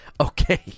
okay